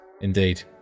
indeed